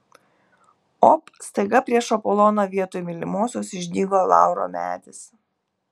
op staiga prieš apoloną vietoj mylimosios išdygo lauro medis